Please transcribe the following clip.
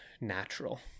natural